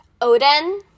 Odin